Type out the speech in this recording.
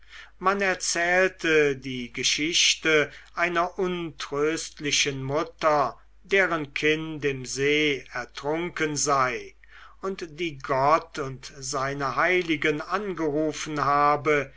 man erzählte die geschichte einer untröstlichen mutter deren kind im see ertrunken sei und die gott und seine heiligen angerufen habe